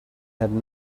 had